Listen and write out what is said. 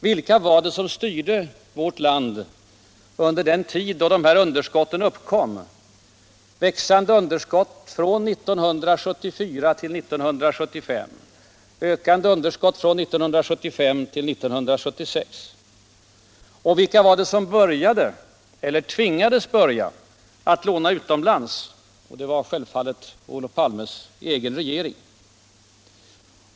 Vilka var det som styrde vårt land under den tid då de bytesbalansunderskotten uppkom — växande underskott från 1974 till 1975, ökande underskott från 1975 till 1976? Och vilka var det som tvingades börja att låna utomlands? Det var Olof Palmes egen regering.